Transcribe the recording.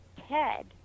Ted